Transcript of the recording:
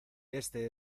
éste